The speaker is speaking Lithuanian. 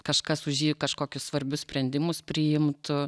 kažkas už jį kažkokius svarbius sprendimus priimtų